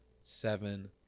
seven